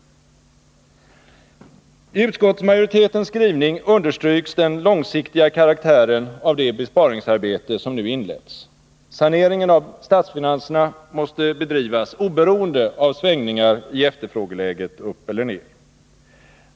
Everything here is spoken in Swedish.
I utskottsmajoritetens skrivning understryks den långsiktiga karaktären av det besparingsarbete som nu inletts. Saneringen av statsfinanserna måste bedrivas oberoende av svängningar i efterfrågeläget upp eller ned.